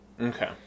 Okay